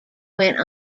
went